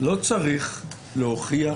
לא צריך להוכיח